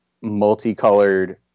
multicolored